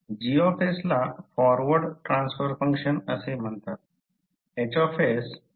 G ला forward transfer function असे म्हणतात